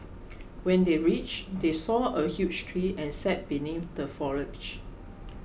when they reached they saw a huge tree and sat beneath the foliage